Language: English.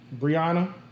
Brianna